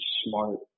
smart